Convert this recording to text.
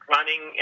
Running